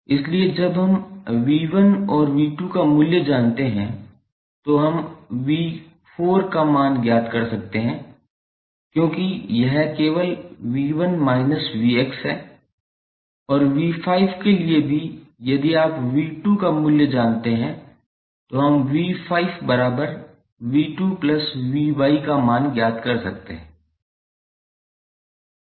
इसलिए जब हम 𝑉1 और 𝑉2 का मूल्य जानते हैं तो हम 𝑉4 का मान ज्ञात कर सकते हैं क्योंकि यह केवल 𝑉1−𝑉𝑥 है और 𝑉5 के लिए भी यदि हम 𝑉2 का मूल्य जानते हैं तो हम 𝑉5𝑉2𝑉𝑦 का मान ज्ञात कर सकते हैं